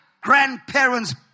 grandparents